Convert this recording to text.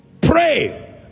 pray